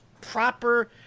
proper